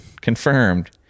confirmed